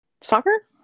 Soccer